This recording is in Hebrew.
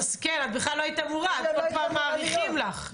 כל פעם מאריכים לך.